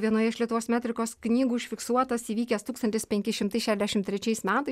vienoje iš lietuvos metrikos knygų užfiksuotas įvykęs tūkstantis penki šimtai šešiasdešimt trečiais metais